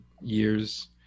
years